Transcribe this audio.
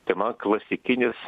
tai man klasikinis